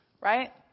right